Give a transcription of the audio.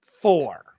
Four